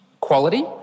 quality